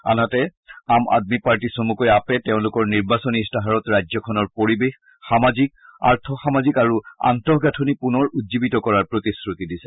আনহাতে আম আদমি পাৰ্টী চমুকৈ আপে তেওঁলোকৰ নিৰ্বাচনী ইস্তাহাৰত ৰাজ্যখনৰ পৰিৱেশ সামাজিক আৰ্থ সামাজিক আৰু আন্তঃগাঁথনি পুনৰ উজ্জীৱিত কৰাৰ প্ৰতিশ্ৰুতি দিছে